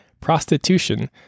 prostitution